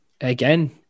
again